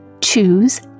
choose